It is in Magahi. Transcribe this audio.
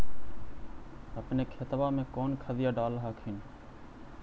अपने खेतबा मे कौन खदिया डाल हखिन?